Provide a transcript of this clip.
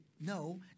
no